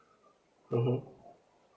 mmhmm